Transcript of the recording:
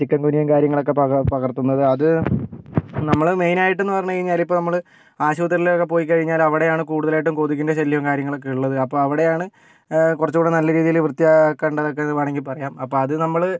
ചിക്കൻഗുനിയും കാര്യങ്ങളൊക്കെ പക പകർത്തുന്നത് അത് നമ്മൾ മെയിനായിട്ടെന്ന് പറഞ്ഞ് കഴിഞ്ഞാൽ ഇപ്പോൾ നമ്മൾ ആശൂത്രിയിലൊക്കെ പോയി കഴിഞ്ഞാൽ അവിടെയാണ് കൂടുതലായിട്ടും കൊതുകിൻ്റെ ശല്യവും കാര്യങ്ങളൊക്കെ ഉള്ളത് അപ്പോൾ അവിടെയാണ് കുറച്ചു കൂടി നല്ല രീതിയിൽ വൃത്തിയാക്കേണ്ടതെന്നൊക്കെ വേണമെങ്കിൽ പറയാം അപ്പോൾ അത് നമ്മൾ